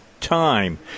time